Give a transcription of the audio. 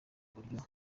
uburyo